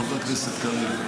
מי זה לא עשינו, חבר הכנסת קריב?